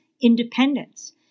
independence